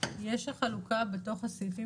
אם תסתכל יש לך חלוקה בתוך הסעיפים,